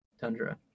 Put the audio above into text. Tundra